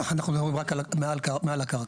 אנחנו מדברים רק מעל הקרקע.